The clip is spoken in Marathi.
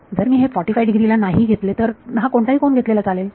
जर मी हे 45 डिग्रीला नाही घेतले तर हा कोणताही कोन घेतलेला चालेल